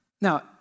Now